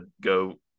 go